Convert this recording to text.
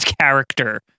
character